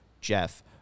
Jeff